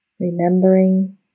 Remembering